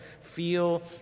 feel